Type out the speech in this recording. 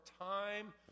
time